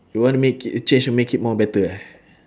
you want make it change to make it more better ah